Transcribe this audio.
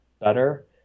better